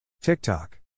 TikTok